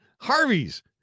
Harvey's